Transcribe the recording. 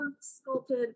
sculpted